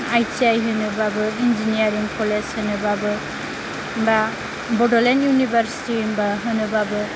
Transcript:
I T I होनोब्लाबोइन्जिनियारिं college होनोब्लाबो एबा बड'लेण्ड इउनिभारसिटि होनोब्लाबो